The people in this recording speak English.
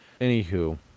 Anywho